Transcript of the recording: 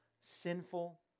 sinful